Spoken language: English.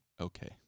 okay